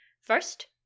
First